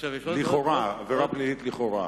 עבירה פלילית לכאורה.